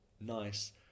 nice